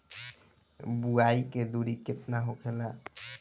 बुआई के दूरी केतना होखेला?